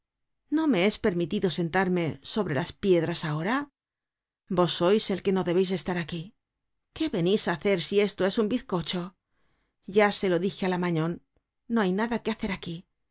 no me es permitido sentarme sobre la piedras ahora vos sois el que no debeis estar aquí qué venís á hacer si esto es un bizcocho ya se lo dije ála magnon no hay nada que hacer aquí